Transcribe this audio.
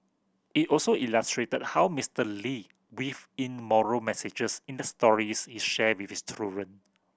it also illustrated how Mister Lee weaved in moral messages in the stories he shared with his children